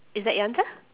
is that your answer